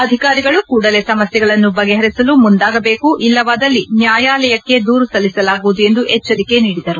ಅಧಿಕಾರಿಗಳು ಕೂಡಲೇ ಸಮಸ್ಯೆಗಳನ್ನು ಬಗೆಹರಿಸಲು ಮುಂದಾಗಬೇಕು ಇಲ್ಲವಾದಲ್ಲಿ ನ್ಯಾಯಾಲಯಕ್ಕೆ ದೂರು ಸಲ್ಲಿಸಲಾಗುವುದು ಎಂದು ಎಚ್ಚರಿಕೆ ನೀಡಿದರು